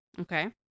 Okay